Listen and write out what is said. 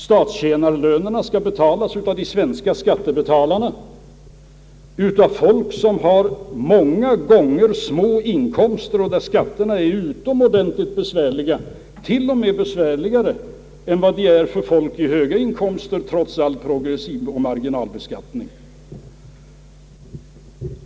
Statstjänarlönerna skall betalas av de svenska skattebetalarna, av vilka många har små inkomster och för vilka skatterna är utomordentligt besvärliga, t.o.m. besvärligare än vad de är för folk med större inkomster trots all progressivoch marginalbeskattning.